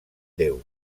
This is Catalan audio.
déu